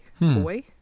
boy